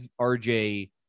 RJ